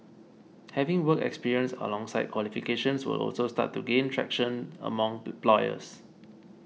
having working experience alongside qualifications will also start to gain traction among employers